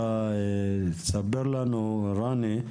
ספר לנו, רני,